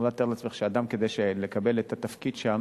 יכולה לתאר לעצמך שאדם, כדי לקבל את התפקיד שם